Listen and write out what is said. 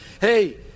hey